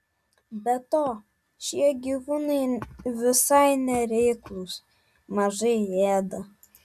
be to šie gyvūnai visai nereiklūs mažai ėda